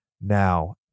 Now